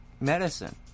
medicine